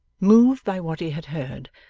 moved by what he had heard,